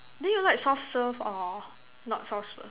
then you like soft serve or not soft serve